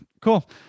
Cool